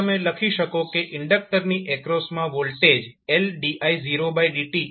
તેથી તમે લખી શકો કે ઇન્ડકક્ટરની એક્રોસમાં વોલ્ટેજ Ldidt0